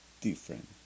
different